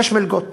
שש מלגות